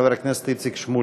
חבר הכנסת איציק שמולי.